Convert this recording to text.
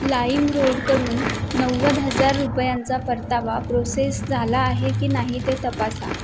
लाईमरोडकडून नव्वद हजार रुपयांचा परतावा प्रोसेस झाला आहे की नाही ते तपासा